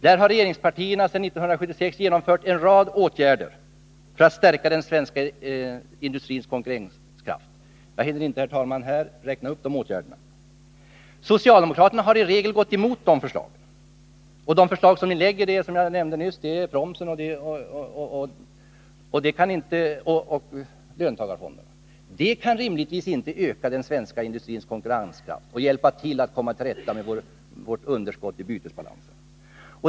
Där har regeringspartierna sedan 1976 genomfört en rad åtgärder för att stärka den svenska industrins konkurrenskraft. Jag hinner, herr talman, inte här räkna upp de åtgärderna. Socialdemokraterna har i regel gått emot de förslagen. De förslag som ni lägger fram gäller, som jag nämnde nyss, promsen och löntagarfonderna. De kan rimligtvis inte öka den svenska industrins konkurrenskraft och hjälpa oss att komma till rätta med underskottet i vår bytesbalans.